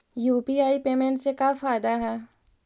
UPI payment से का फायदा है?